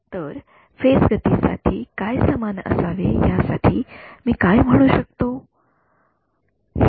तर फेज गती साठी काय समान असावे यासाठी मी काय म्हणू शकतो